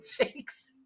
Takes